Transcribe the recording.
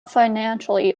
financially